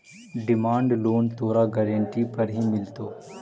demand loan तोरा guarantee पर ही मिलतो